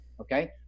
okay